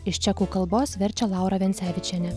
iš čekų kalbos verčia laura vencevičienė